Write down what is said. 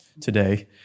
today